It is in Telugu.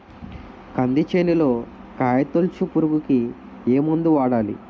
కంది చేనులో కాయతోలుచు పురుగుకి ఏ మందు వాడాలి?